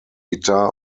guitar